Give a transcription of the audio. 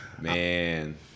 Man